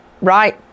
right